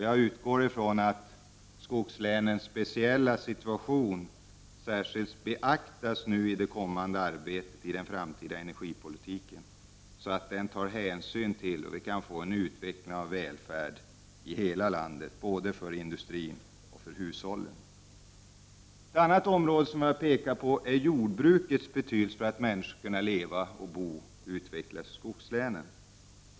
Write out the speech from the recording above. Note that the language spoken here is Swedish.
Jag utgår från att skogslänens speciella situation särskilt beaktas i det kommande arbetet med den framtida energipolitiken, så att det blir utveckling och välfärd i hela landet, både för industrin och för hushållen. Ett annat område som vi pekar på i motionerna är jordbrukets betydelse för att människor skall kunna leva, bo och utvecklas i skogslänen.